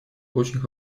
очень